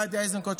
גדי איזנקוט,